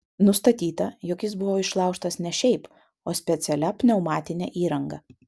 nustatyta jog jis buvo išlaužtas ne šiaip o specialia pneumatine įranga